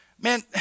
Man